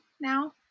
now